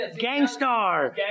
Gangstar